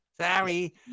Sorry